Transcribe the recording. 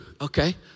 Okay